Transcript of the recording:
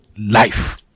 life